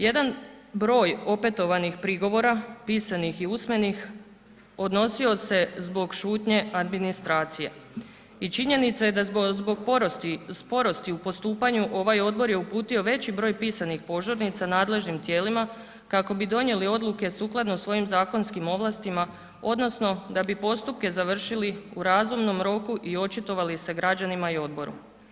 Jedan broj opetovanih prigovora pisanih i usmenih odnosio se zbog šutnje administracije i činjenica da zbog sporosti u postupanju ovaj odbor je uputio veći broj pisanih požurnica nadležnim tijelima kako bi donijeli odluke sukladno svojim zakonskim ovlastima odnosno da bi postupke završili u raznom roku i očitovali se građanima i odboru.